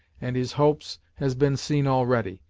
and his hopes, has been seen already,